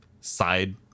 side